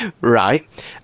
Right